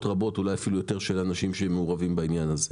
רבות ואולי אפילו יותר אנשים שמעורבים בעניין הזה.